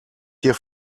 hier